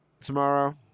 tomorrow